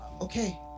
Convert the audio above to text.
Okay